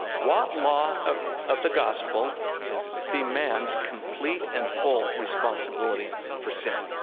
what law of of the gospel demands complete and full responsibility for sin?